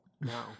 No